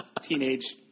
teenage